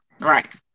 right